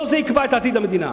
לא זה יקבע את עתיד המדינה.